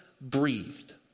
breathed